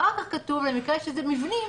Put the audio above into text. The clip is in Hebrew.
אחר כך כתוב: במקרה שזה מבנים,